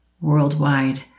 worldwide